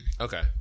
Okay